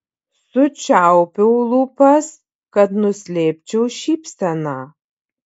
sučiaupiau lūpas kad nuslėpčiau šypseną